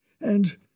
And